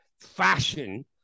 fashion